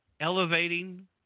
elevating